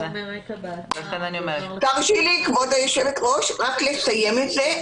כבוד היושב-ראש, רק לסיים את זה.